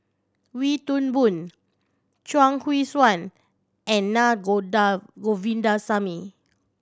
Wee Toon Boon Chuang Hui Tsuan and Naa Govindasamy